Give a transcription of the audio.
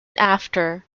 after